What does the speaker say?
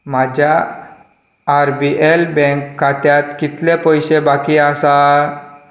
म्हाज्या R B L bank खात्यांत कितले पयशें बाकी आसात